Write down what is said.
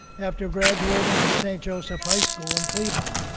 after graduating from st. joseph high school in cleveland.